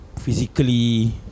Physically